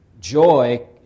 joy